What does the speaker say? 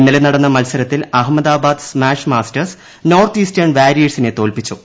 ഇന്നലെ നടന്ന മത്സരത്തിൽ Ahmedabad Smash Masters North Eastern വാരിയേഴ്സിനെ തോൽപ്പിച്ചു